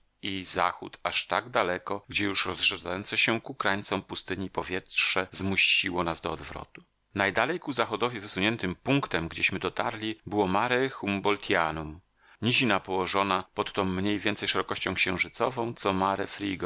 i zachód aż tak daleko gdzie już rozrzedzające się ku krańcom pustyni powietrze zmusiło nas do odwrotu najdalej ku zachodowi wysuniętym punktem gdzieśmy dotarli było mare humboltianum nizina położona pod tą mniej więcej szerokością księżycową co mare